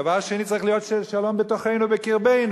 דבר שני, צריך להיות שלום בתוכנו, בקרבנו.